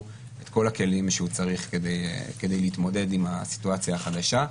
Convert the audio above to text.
את כל הכלים שהוא צריך כדי להתמודד עם הסיטואציה החדשה.